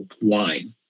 wine